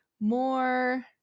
more